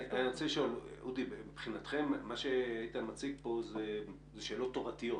אודי, מה שאיתן מציג פה זה שאלות תורתיות